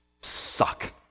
suck